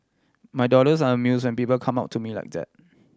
my daughters are amuse when people come up to me like that